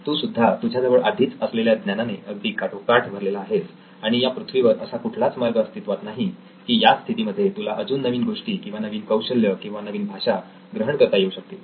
तू सुद्धा तुझ्याजवळ आधीच असलेल्या ज्ञानाने अगदी काठोकाठ भरलेला आहेस आणि या पृथ्वीवर असा कुठलाच मार्ग अस्तित्वात नाही की या स्थितीमध्ये तुला अजून नवीन गोष्टी किंवा नवीन कौशल्य किंवा नवीन भाषा ग्रहण करता येऊ शकतील